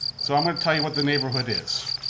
so i'm going to tell you what the neighborhood is.